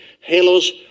halos